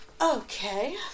Okay